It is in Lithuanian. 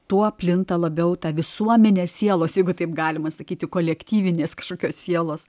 tuo plinta labiau ta visuomenės sielos jeigu taip galima sakyti kolektyvinės kažkokios sielos